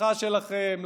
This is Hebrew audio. לשמחה שלכם,